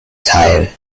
teil